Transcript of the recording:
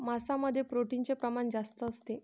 मांसामध्ये प्रोटीनचे प्रमाण जास्त असते